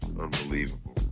Unbelievable